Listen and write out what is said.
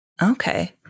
Okay